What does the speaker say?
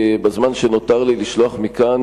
בזמן שנותר לי אני מבקש לשלוח מכאן